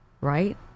right